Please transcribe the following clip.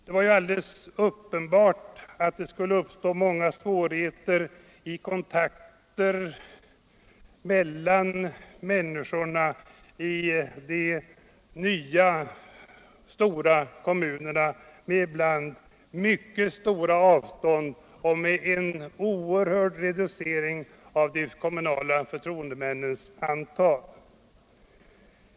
Det var ju alldeles uppenbart att det skulle uppstå många svårigheter i kontakter mellan människorna och de kommunala organen i de nya stora kommunerna med ibland mycket långa avstånd och med en oerhörd reducering av de kommunala förtroendemännens antal.